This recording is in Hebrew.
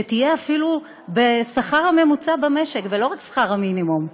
ושתהיה אפילו בשכר הממוצע במשק ולא רק בשכר המינימום,